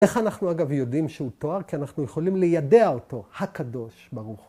‫איך אנחנו אגב יודעים שהוא תואר? ‫כי אנחנו יכולים לידע אותו. ‫הקדוש ברוך הוא.